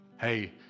Hey